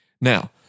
Now